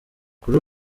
kuri